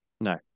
No